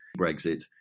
Brexit